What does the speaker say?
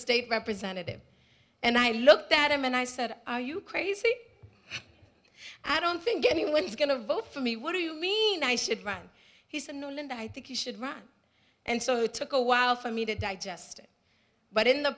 state representative and i looked at him and i said are you crazy i don't think anyone is going to vote for me what do you mean i should run he said no linda i think you should run and so it took a while for me to digest it but in the